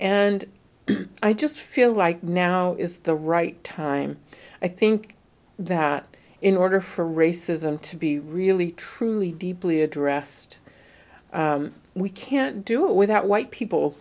and i just feel like now is the right time i think that in order for racism to be really truly deeply addressed we can't do it without white people